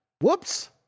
Whoops